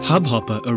Hubhopper